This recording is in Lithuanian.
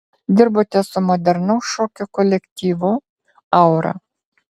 dirbote su modernaus šokio kolektyvu aura